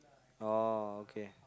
orh okay